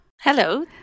Hello